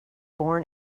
born